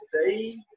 stay